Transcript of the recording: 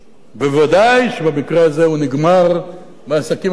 ובוודאי שבמקרה הזה הוא נגמר בעסקים הקטנים.